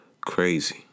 crazy